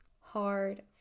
hard